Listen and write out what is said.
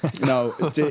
No